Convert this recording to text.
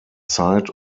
zeit